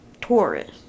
Taurus